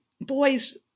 boys